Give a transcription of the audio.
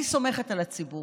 אני סומכת על הציבור.